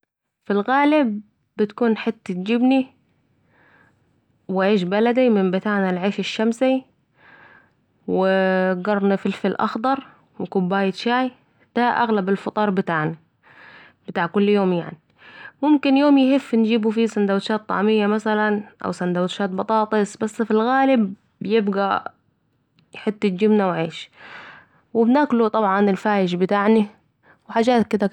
في الغالب بتكون حتت جبنه و عيش بلدي من بتاعنا العيش الشمسي ده وووو قرن فلفل أخضر وكباية شاي ده اغلب الفطار بتاعنا بتاع كل يوم يعني، ممكن يوم يهيف نجبو فيه سندوتشات طعمية مثلا او ساندوتشات بطاطس بس في الغالب بيبقي حتت جبنه و عيش و بناكلو طبعاً الفايش بتاعنا